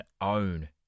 own